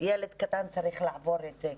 קטן צריך לעבור את זה.